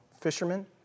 fishermen